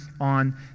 on